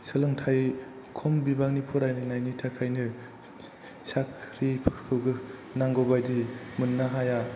सोलोंथाय खम बिबांनि फरायनायनि थाखायनो साख्रिफोरखौबो नांगौबायदि मोननो हाया